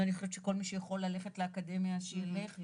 ואני חושבת שכל מי שיכול ללכת לאקדמיה שילך,